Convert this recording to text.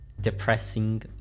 depressing